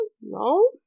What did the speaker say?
no